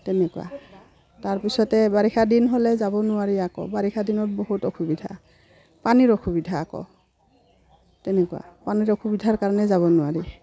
তেনেকুৱা তাৰ পিছতে বাৰিষা দিন হ'লে যাব নোৱাৰি আকৌ বাৰিষা দিনত বহুত অসুবিধা পানীৰ অসুবিধা আকৌ তেনেকুৱা পানীৰ অসুবিধাৰ কাৰণে যাব নোৱাৰি